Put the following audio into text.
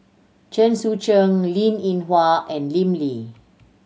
Chen Sucheng Linn In Hua and Lim Lee